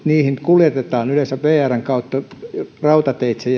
niihin kuljetetaan yleensä vrn kautta rautateitse